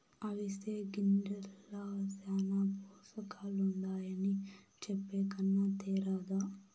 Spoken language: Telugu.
అవిసె గింజల్ల శానా పోసకాలుండాయని చెప్పే కన్నా తేరాదా